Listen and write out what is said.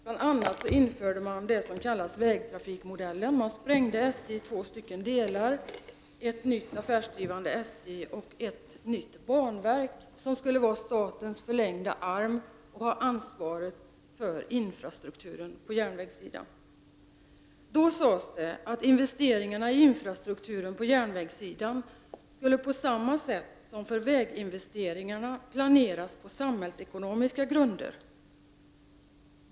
Bl.a. infördes det som kallas vägtrafikmodellen. SJ sprängdes i två delar: ett nytt affärsdrivande SJ och ett nytt banverk som skulle vara statens förlängda arm och som skulle ha ansvaret för infrastrukturen på järnvägssidan. Då sades det att investeringarna i infrastrukturen på järnvägssidan skulle, på samma sätt som när det gällde väginvesteringarna, planeras på samhällsekonomiska grunder.